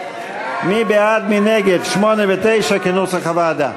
מי בעד ומי נגד 8 ו-9 כנוסח הוועדה?